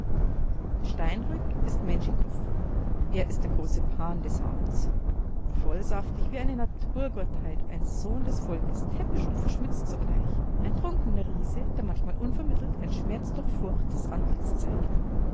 steinrück ist menschikoff er ist der große pan des abends vollsaftig wie eine naturgottheit ein sohn des volkes täppisch und verschmitzt zugleich ein trunkener riese der manchmal unvermittelt ein schmerzdurchfurchtes antlitz zeigt